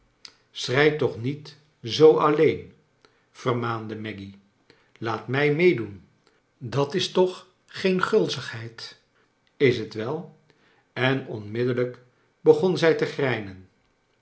schrei toch niet zoo alleen vermaande maggy laat mij meedoen dat is toch geen gulzigheid is t wel en onmiddellijk begon zij te grijnen